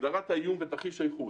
הגדרת האיום ותרחיש הייחוס.